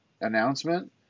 announcement